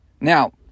Now